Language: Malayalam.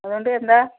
അതുകൊണ്ട് എന്താ